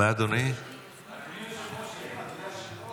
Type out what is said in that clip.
הכול בסדר,